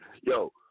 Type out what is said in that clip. Yo